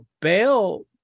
Bail